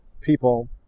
people